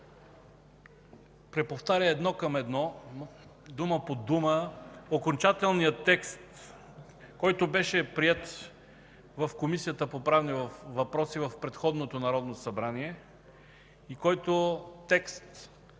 преповтаря едно към едно, дума по дума окончателния текст, който беше приет в Комисията по правни въпроси в предходното Народно събрание и който текст